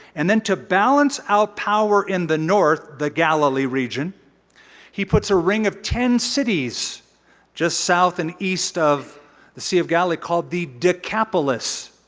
and then to balance out power in the north the galilee region he puts a ring of ten cities just south and east of the sea of galilee called the decapolis.